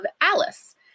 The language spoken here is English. Alice